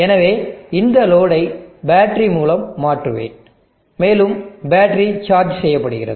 எனவே இந்த லோடை பேட்டரி மூலம் மாற்றுவேன் மேலும் பேட்டரி சார்ஜ் செய்யப்படுகிறது